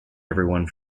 everyone